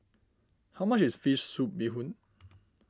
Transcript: how much is Fish Soup Bee Hoon